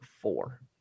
four